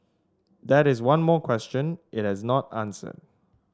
that is one more question it has not answered